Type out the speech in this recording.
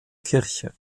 kirche